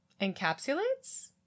encapsulates